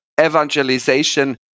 evangelization